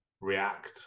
react